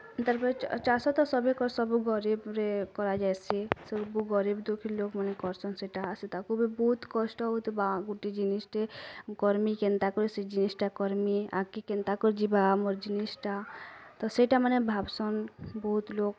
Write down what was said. ତା'ପରେ ଚାଷ୍ ତ ସଭିଁ ସବୁ ଗରିବ୍ରେ କରାଯାଇସି ସବୁ ଗରିବ ଦୁଖୀ ଲୋକ୍ ମାନେ୍ କରିଛନ୍ ସେଇଟା ସେ ତାକୁ ବି ବହୁତ୍ କଷ୍ଟ ହଉଥିବା ଗୁଟେ ଜିନିଷଟେ କର୍ମି କେନ୍ତା କରି ସେ ଜିନଷଟା କର୍ମି ଆଗ୍ କେନ୍ତା କରି ଯିବା ମୋର୍ ଜିନିଷଟା ତ ସେଇଟା ମାନେ ଭାବସନ୍ ବହୁତ୍ ଲୋକ୍